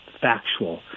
factual